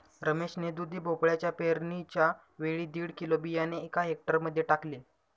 रमेश ने दुधी भोपळ्याच्या पेरणीच्या वेळी दीड किलो बियाणे एका हेक्टर मध्ये टाकले